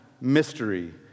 mystery